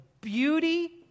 beauty